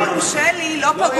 אם יורשה לי, לא פגעו,